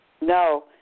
No